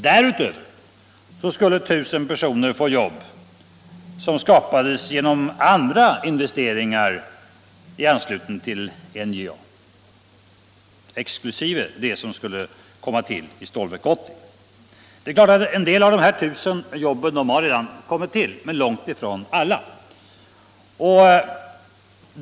Därutöver skulle 1000 personer få jobb som skapades genom andra investeringar i anslutning till NJA. Det är klart att en del av dessa 1000 jobb har kommit till, men långt ifrån alla.